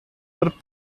per